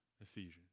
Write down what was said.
Ephesians